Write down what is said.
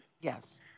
Yes